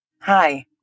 Hi